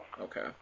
Okay